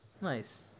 Nice